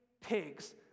pigs